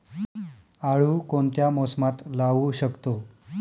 आळू कोणत्या मोसमात लावू शकतो?